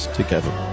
together